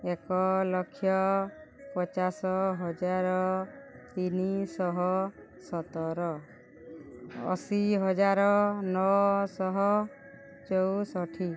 ଏକ ଲକ୍ଷ ପଚାଶ ହଜାର ତିନିଶହ ସତର ଅଶୀ ହଜାର ନଅଶହ ଚଉଷଠି